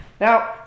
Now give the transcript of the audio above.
Now